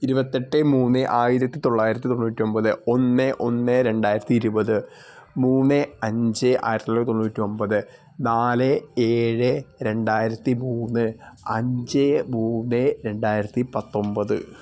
ഇരുപത്തെട്ട് മൂന്ന് ആയിരത്തി തൊള്ളായിരത്തി തൊണ്ണൂറ്റി ഒൻപത് ഒന്ന് ഒന്ന് രണ്ടായിരത്തി ഇരുപത് മൂന്ന് അഞ്ച് ആയിരത്തി തൊള്ളായിരത്തി തൊണ്ണൂറ്റി ഒൻപത് നാല് ഏഴ് രണ്ടായിരത്തി മൂന്ന് അഞ്ച് മൂന്ന് രണ്ടായിരത്തി പത്തൊൻപത്